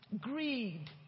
Greed